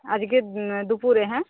আজকের দুপুরে হ্যাঁ